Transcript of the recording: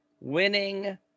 winning –